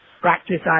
practice